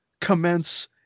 commence